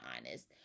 Honest